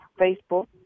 Facebook